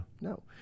No